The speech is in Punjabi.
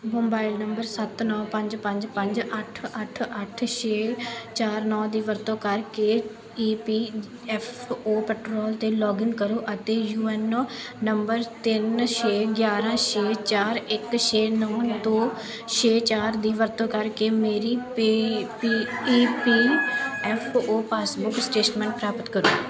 ਮੋਬਾਈਲ ਨੰਬਰ ਸੱਤ ਨੌ ਪੰਜ ਪੰਜ ਪੰਜ ਅੱਠ ਅੱਠ ਅੱਠ ਛੇ ਚਾਰ ਨੌ ਦੀ ਵਰਤੋਂ ਕਰਕੇ E P F O portal 'ਤੇ ਲੌਗਇਨ ਕਰੋ ਅਤੇ ਯੂ ਐੱਨ ਏ ਨੰਬਰ ਤਿੰਨ ਛੇ ਗਿਆਰ੍ਹਾਂ ਛੇ ਚਾਰ ਇੱਕ ਛੇ ਨੌ ਦੋ ਛੇ ਚਾਰ ਦੀ ਵਰਤੋਂ ਕਰਕੇ ਮੇਰੀ P E P F O passbook statement ਪ੍ਰਾਪਤ ਕਰੋ